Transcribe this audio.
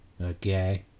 Okay